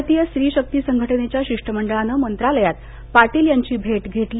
भारतीय स्त्री शक्ती संघटनेच्या शिष्टमंडळानं मंत्रालयात पाटील यांची भेट घेतली